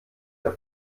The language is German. der